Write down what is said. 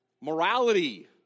morality